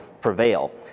prevail